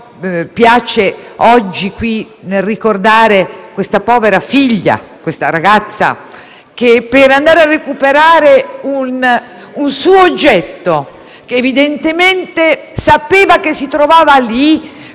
piace ricordare in questa sede questa povera figlia, questa ragazza, che per andare a recuperare un suo oggetto, che evidentemente sapeva che si trovava lì,